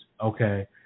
okay